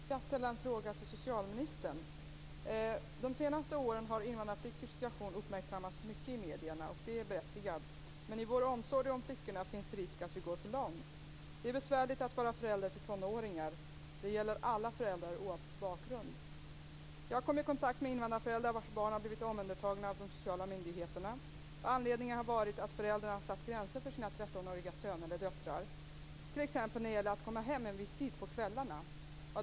Herr talman! Jag vill ställa en fråga till socialministern. De senaste åren har invandrarflickors situation uppmärksammats mycket i medierna, och det är berättigat. Men i vår omsorg om flickorna finns det risk att vi går för långt. Det är besvärligt att vara förälder till tonåringar. Det gäller alla föräldrar oavsett bakgrund. Jag har kommit i kontakt med invandrarföräldrar vars barn har blivit omhändertagna av de sociala myndigheterna. Anledningen har varit att föräldrar har satt gränser för sina 13-åriga söner eller döttrar t.ex. när det gäller att komma hem en viss tid på kvällarna.